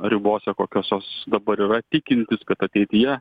ribose kokios jos dabar yra tikintis kad ateityje